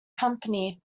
company